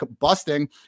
busting